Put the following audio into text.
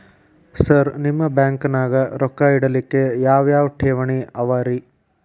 Sir ನಿಮ್ಮ ಬ್ಯಾಂಕನಾಗ ರೊಕ್ಕ ಇಡಲಿಕ್ಕೆ ಯಾವ್ ಯಾವ್ ಠೇವಣಿ ಅವ ರಿ?